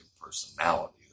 personality